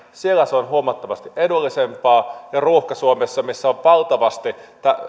se on huomattavasti edullisempaa ja ruuhka suomessa missä on valtavasti